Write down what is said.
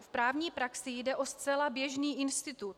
V právní praxi jde o zcela běžný institut.